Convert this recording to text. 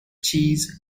cheese